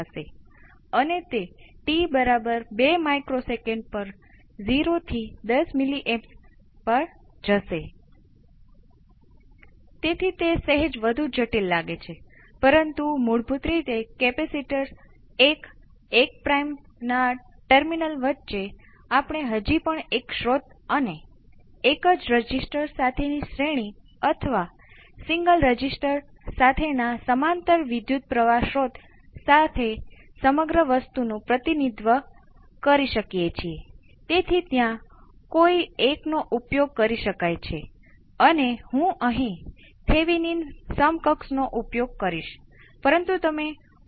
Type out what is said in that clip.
હવે જ્યારે s બરાબર 1 CR થાય જેનો અર્થ છે કે તે ઉત્તેજીત સ્ત્રોત V p exponential t RC છે જે એક એક્સપોનેનશીયલ છે જે સર્કિટના નેચરલ રિસ્પોન્સ જેટલો જ છે આપણે જોઈએ છીએ કે આ છેદ અહીં 0 પર જાય છે તેથી આપણે આ અભિવ્યક્તિનો ઉપયોગ કરી શકતા નથી